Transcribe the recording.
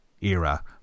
era